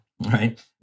Right